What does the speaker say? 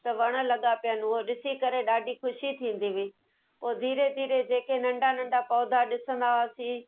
त वण लॻा पिया आहिनि उहो ॾिसी करे ॾाढी ख़ुशी थींदी हुई पोइ धीरे धीरे जेके नंंढा नंढा पौधा ॾिसंदा हुआसीं